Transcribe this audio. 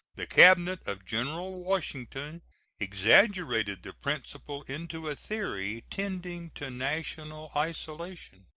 the cabinet of general washington exaggerated the principle into a theory tending to national isolation.